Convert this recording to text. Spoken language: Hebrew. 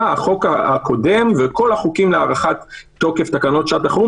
החוק הקודם וכל החוקים להארכת תוקף תקנות שעת החירום.